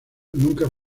nunca